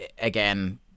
again